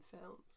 films